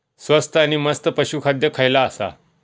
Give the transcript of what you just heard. स्वस्त आणि मस्त पशू खाद्य खयला आसा?